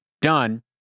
done